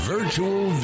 Virtual